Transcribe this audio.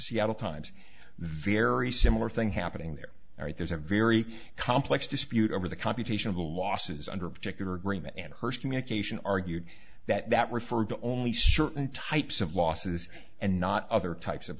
seattle times very similar thing happening there all right there's a very complex dispute over the computation of the losses under a particular agreement and hirst communication argued that referred to only certain types of losses and not other types of